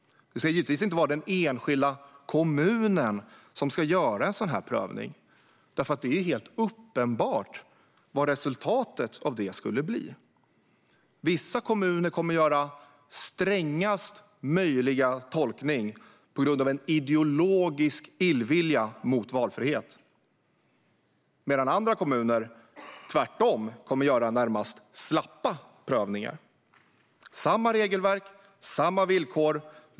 Det ska givetvis inte vara den enskilda kommunen som ska göra en sådan här prövning. Det är ju helt uppenbart vad resultatet av det skulle bli. Vissa kommuner kommer att göra strängast möjliga tolkning på grund av en ideologisk illvilja mot valfrihet, medan andra kommuner tvärtom kommer göra närmast slappa prövningar. Det ska vara samma regelverk och samma villkor.